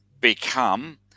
become